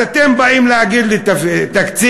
אז אתם באים להגיד לי: תקציב.